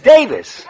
Davis